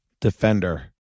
Defender